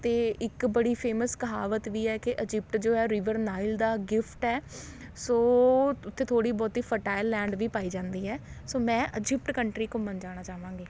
ਅਤੇ ਇੱਕ ਬੜੀ ਫੇਮਸ ਕਹਾਵਤ ਵੀ ਹੈ ਕਿ ਇਜ਼ਿਪਟ ਜੋ ਹੈ ਰਿਵਰ ਨਾਈਲ ਦਾ ਗਿਫ਼ਟ ਹੈ ਸੋ ਉੱਥੇ ਥੋੜ੍ਹੀ ਬਹੁਤੀ ਫਰਟਾਇਲ ਲੈਂਡ ਵੀ ਪਾਈ ਜਾਂਦੀ ਹੈ ਸੋ ਮੈਂ ਇਜ਼ਿਪਟ ਕੰਟਰੀ ਘੁੰਮਣ ਜਾਣਾ ਚਾਹਵਾਂਗੀ